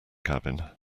cabin